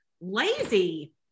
lazy